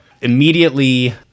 Immediately